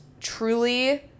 truly